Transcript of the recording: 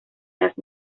las